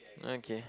okay